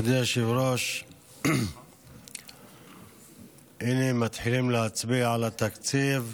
אדוני היושב-ראש, הינה מתחילים להצביע על התקציב,